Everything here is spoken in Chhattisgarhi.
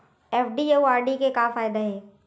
एफ.डी अउ आर.डी के का फायदा हे?